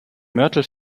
mörtel